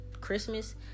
Christmas